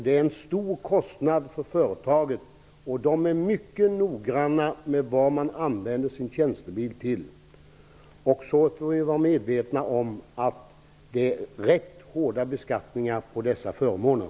Det är en stor kostnad för företaget. De är mycket noga med vad man använder sin tjänstebil till. Vi måste också vara medvetna om att det är ganska hårda beskattningar på dessa förmåner.